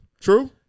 True